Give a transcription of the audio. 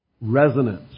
resonance